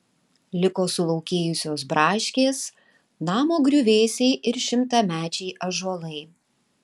liko sulaukėjusios braškės namo griuvėsiai ir šimtamečiai ąžuolai